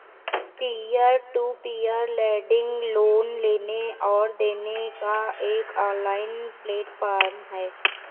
peer to peer lending loan लेने और देने का एक ऑनलाइन प्लेटफ़ॉर्म है